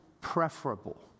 preferable